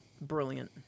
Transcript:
brilliant